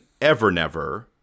Evernever